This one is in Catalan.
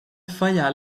fallar